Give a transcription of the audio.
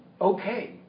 okay